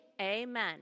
amen